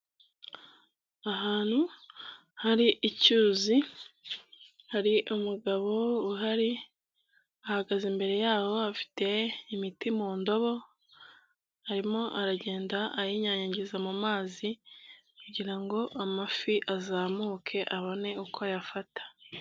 Ahantu hari icyuzi, hari umugabo uhari ahagaze imbere yabo afite imiti mu ndobo, arimo aragenda ayinyanyagiza mu mazi kugira ngo amafi azamuke abone uko ayafata.